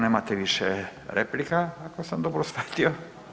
Nemate više replika ako sam dobro shvatio.